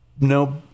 no